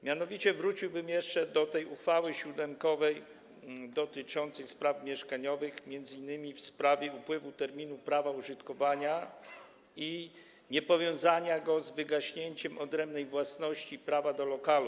Mianowicie wróciłbym jeszcze do tej uchwały siódemkowej dotyczącej spraw mieszkaniowych, m.in. w sprawie upływu terminu prawa użytkowania i niepowiązania go z wygaśnięciem odrębnej własności prawa do lokalu.